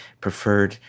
preferred